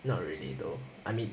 not really though I mean